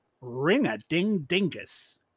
Ring-a-ding-dingus